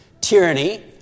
Tyranny